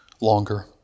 longer